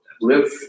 live